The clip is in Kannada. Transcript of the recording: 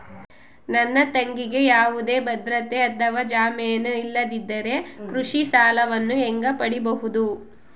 ನನ್ನ ತಂಗಿಗೆ ಯಾವುದೇ ಭದ್ರತೆ ಅಥವಾ ಜಾಮೇನು ಇಲ್ಲದಿದ್ದರೆ ಕೃಷಿ ಸಾಲವನ್ನು ಹೆಂಗ ಪಡಿಬಹುದು?